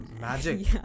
Magic